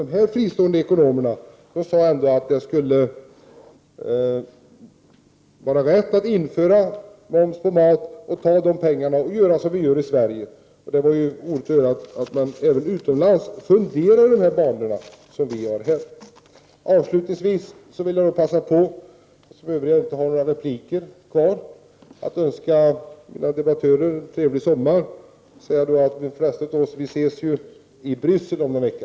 De här fristående ekonomerna sade att det skulle vara värt att införa moms på mat och använda de pengarna på samma sätt som vi gör i Sverige. Det var roligt att höra att man även utomlands funderar i samma banor som vi gör här. Avslutningsvis, eftersom mina meddebattörer inte har några repliker kvar, vill jag passa på att önska dem en trevlig sommar. De flesta av oss ses i Bryssel om någon vecka.